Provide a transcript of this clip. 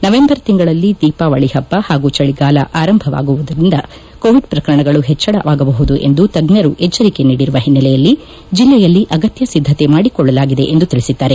November ತಿಂಗಳಲ್ಲಿ ದೀಪಾವಳಿ ಪಬ್ಬ ಪಾಗೂ ಚಳಿಗಾಲ ಆರಂಭವಾಗುವುದರಿಂದ ಕೋವಿಡ್ ಪ್ರಕರಣಗಳು ಹೆಚ್ಚಳ ಆಗಬಹುದು ಎಂದು ತಜ್ಞರು ಎಚ್ಚರಿಕೆ ನೀಡಿರುವ ಹಿನ್ನಲೆಯಲ್ಲಿ ಜಿಲ್ಲೆಯಲ್ಲಿ ಅಗತ್ಯ ಸಿದ್ಧತೆ ಮಾಡಿಕೊಳ್ಳಲಾಗಿದೆ ಎಂದು ತಿಳಿಸಿದ್ದಾರೆ